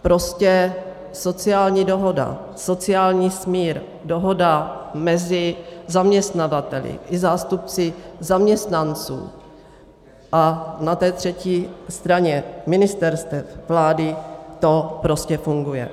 Prostě sociální dohoda, sociální smír, dohoda mezi zaměstnavateli i zástupci zaměstnanců a na té třetí straně ministerstev, vlády, to prostě funguje.